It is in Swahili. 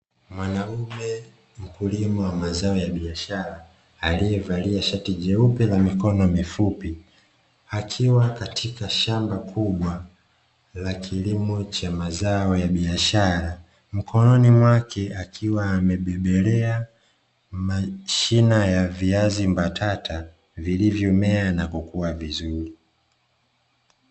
Mwanaume mkulima wa mazao ya biashara, alievalia shati jeupe la mikono mifupi, akiwa katika shamba kubwa, la kilimo cha mazao ya biashara, mkononi mwake akiwa amabebelea, mashina ya viazi mbatata vilivyomea na kukua vizuri.